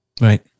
right